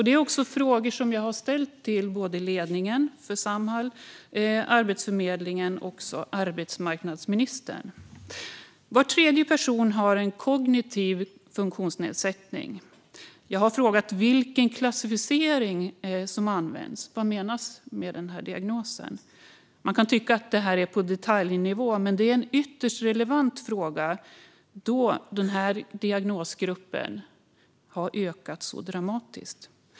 Det är frågor som jag har ställt till ledningen för Samhall, till Arbetsförmedlingen och till arbetsmarknadsministern. Var tredje person har en kognitiv funktionsnedsättning. Jag har frågat vilken klassificering som används - vad menas egentligen med diagnosen? Man kan tycka att det är på detaljnivå, men det är en ytterst relevant fråga då denna diagnosgrupp har ökat så dramatiskt.